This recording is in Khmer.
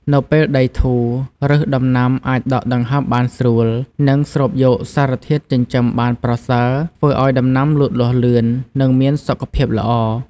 នៅពេលដីធូរ ឬសដំណាំអាចដកដង្ហើមបានស្រួល និងស្រូបយកសារធាតុចិញ្ចឹមបានប្រសើរ ធ្វើឲ្យដំណាំលូតលាស់លឿន និងមានសុខភាពល្អ។